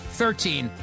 thirteen